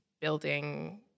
building –